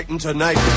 Tonight